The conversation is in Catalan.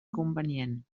convenient